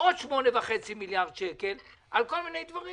בקשה לאישור עוד 8.5 מיליארד שקל עבור כל מיני דברים